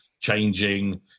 changing